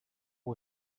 the